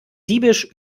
diebisch